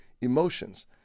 emotions